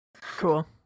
cool